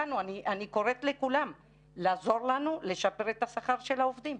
אני קוראת לכולם לעזור לנו לשפר את השכר של העובדים.